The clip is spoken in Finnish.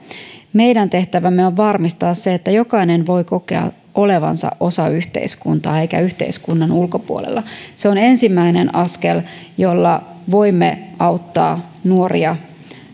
meidän tehtävämme on varmistaa se että jokainen voi kokea olevansa osa yhteiskuntaa eikä yhteiskunnan ulkopuolella se on ensimmäinen askel jolla voimme auttaa nuoria